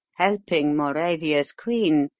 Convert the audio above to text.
helping mauravania's queen,